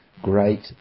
great